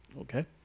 Okay